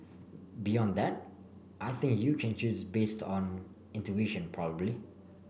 beyond that I think you can choose based on intuition probably